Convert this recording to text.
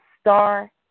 star